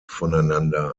voneinander